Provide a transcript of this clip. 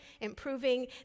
Improving